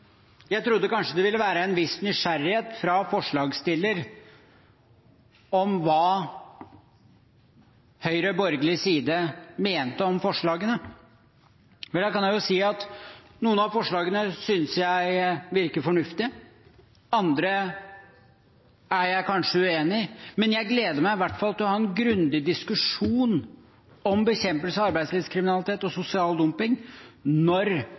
Jeg trodde kanskje det ville være en viss nysgjerrighet hos forslagsstillerne for hva Høyre og andre fra borgerlig side mente om forslagene. Men da kan jeg jo si at noen av forslagene synes jeg virker fornuftige, andre er jeg kanskje uenig i. Jeg gleder meg i hvert fall til å ha en grundig diskusjon om bekjempelse av arbeidslivskriminalitet og sosial dumping når